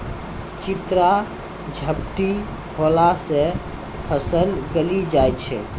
चित्रा झपटी होला से फसल गली जाय छै?